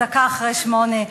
או דקה אחרי 20:00,